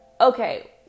Okay